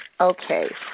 Okay